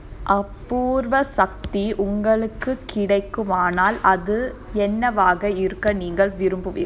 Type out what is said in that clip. அபூர்வ சக்தி உங்களுக்கு கிடைக்குமானால் அது என்னவாக இருக்க நீங்கள் விரும்புவீர்கள்:aboorva sakthi ungaluku kidaikumanaal adhu ennavaaga iruka neenga virumbuveergal